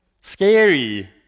Scary